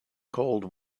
cold